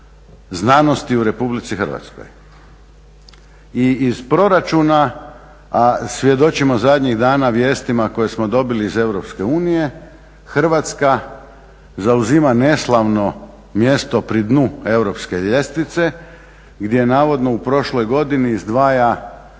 znanosti u Republici Hrvatskoj. I iz proračuna, a svjedočimo zadnjih dana vijestima koje smo dobili iz EU Hrvatska zauzima neslavno mjesto pri dnu europske ljestvice gdje navodno u prošloj godini izdvaja